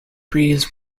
breeze